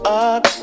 up